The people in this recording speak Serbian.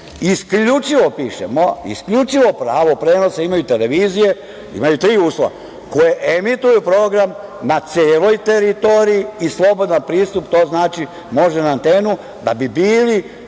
isključivo piše, pravo prenosa imaju televizije, imaju tri uslova, koje emituju program na celoj teritoriji i slobodan pristup, to znači da može na antenu, da bi bili